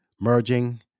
merging